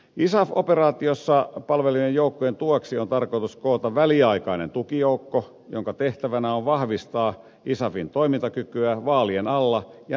isaf operaatiossa palvelevien joukkojen tueksi on tarkoitus koota väliaikainen tukijoukko jonka tehtävänä on vahvistaa isafin toimintakykyä vaalien alla ja niiden jälkeen